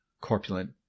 Corpulent